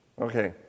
Okay